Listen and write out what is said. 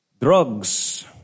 drugs